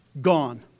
Gone